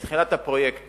בתחילת הפרויקט